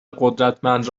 قدرتمند